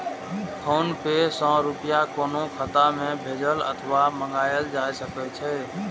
PhonePe सं रुपया कोनो खाता मे भेजल अथवा मंगाएल जा सकै छै